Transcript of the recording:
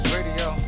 Radio